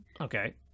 Okay